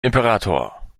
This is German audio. imperator